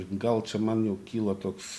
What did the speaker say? gal čia man jau kyla toks